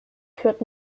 führt